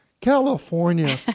California